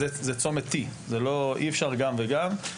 אי אפשר גם וגם.